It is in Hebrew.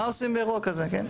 מה עושים באירוע כזה, כן.